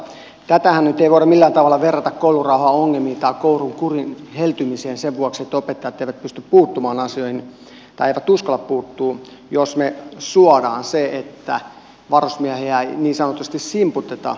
tätähän nyt ei voida millään tavalla verrata koulurauhaongelmiin tai koulukurin heltymiseen sen vuoksi että opettajat eivät pysty puuttumaan asioihin tai eivät uskalla puuttua jos me suomme sen että varusmiehiä ei niin sanotusti simputeta turhaan